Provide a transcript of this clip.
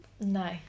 No